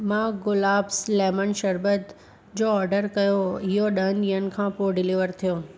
मां गुलाब्स लेमन शरबत जो ऑर्डर कयो इहो ॾह ॾींहनि खां पोइ डिलीवर थियो